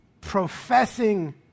professing